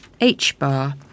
H-bar